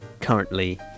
currently